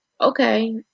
okay